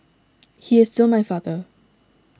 he is still my father